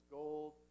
gold